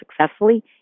successfully